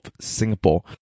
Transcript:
Singapore